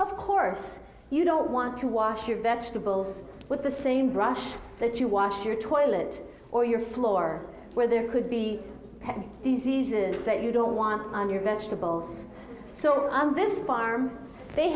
of course you don't want to wash your vegetables with the same brush that you wash your toilet or your floor where there could be had diseases that you don't want your vegetables so on this farm they